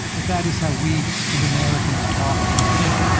but that is how we as americans talk and think.